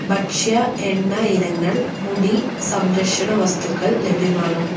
ഭക്ഷ്യ എണ്ണ ഇനങ്ങൾ മുടി സംരക്ഷണ വസ്തുക്കൾ ലഭ്യമാണോ